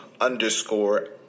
underscore